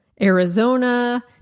Arizona